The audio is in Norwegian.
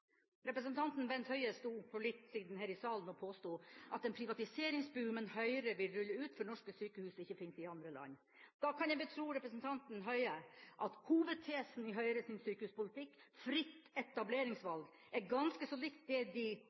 Representanten Bent Høie sto for litt siden her i salen og påsto at den privatiseringsboomen Høyre vil rulle ut for norske sykehus, ikke fins i andre land. Da kan jeg betro representanten Høie at hovedtesen i Høyres sykehuspolitikk: fritt etableringsvalg – er ganske så likt det de